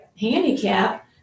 handicap